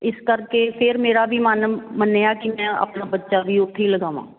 ਇਸ ਕਰਕੇ ਫਿਰ ਮੇਰਾ ਵੀ ਮਨ ਮੰਨਿਆ ਕਿ ਮੈਂ ਆਪਣਾ ਬੱਚਾ ਵੀ ਉੱਥੇ ਹੀ ਲਗਾਵਾਂ